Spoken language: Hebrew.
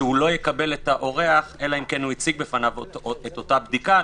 שלא יקבל את האורח אלא אם כן הציג בפניו אותה בדיקה.